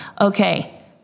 okay